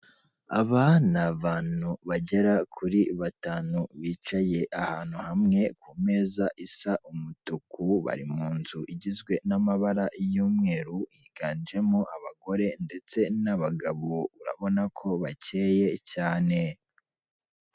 Aba ni abantu bagera kuri batanu bicaye ahantu hamwe ku meza isa umutuku, bari mu nzu igizwe n'amabara y'umweru yiganjemo abagore ndetse n'abagabo urabona ko bakeye cyane.